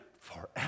Forever